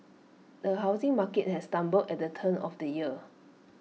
the housing market has stumbled at the turn of the year